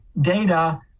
data